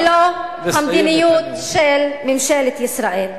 ולא המדיניות של ממשלת ישראל.